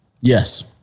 Yes